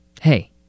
Hey